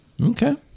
Okay